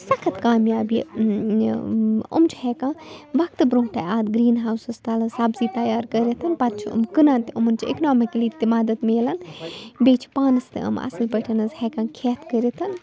سخت کامیاب یہِ یہِ یِم چھِ ہٮ۪کان وقتہٕ برٛونٛٹھٕے اَتھ گرٛیٖن ہاوسَس تَل حظ سبزی تیار کٔرِتھ پتہٕ چھِ یِم کٕنان تہِ یِمَن چھِ اِکنامکٕلی تہِ مدتھ مِلان بیٚیہِ چھِ پانَس تہِ یِم اصٕل پٲٹھۍ ہٮ۪کان حظ کھیٚتھ کٔرِتھ